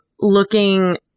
looking